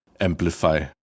amplify